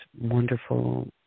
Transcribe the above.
wonderful